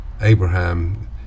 Abraham